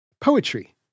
poetry